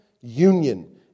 union